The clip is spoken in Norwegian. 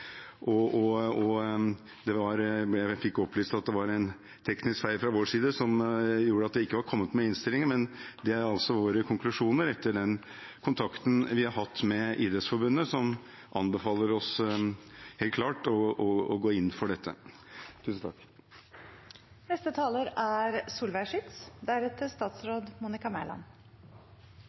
Jeg fikk opplyst at det var en teknisk feil fra vår side som gjorde at det ikke var kommet med i innstillingen. Men dette er altså våre konklusjoner etter den kontakten vi har hatt med Idrettsforbundet, som anbefaler oss helt klart å gå inn for dette. Internasjonal toppidrett er en milliardindustri, og idrettsutøvere og deres prestasjoner er